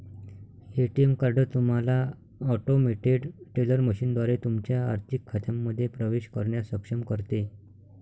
ATM card तुम्हाला automated teller मशीनद्वारे तुमच्या आर्थिक खात्यांमध्ये प्रवेश करण्यास सक्षम करते